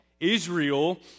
Israel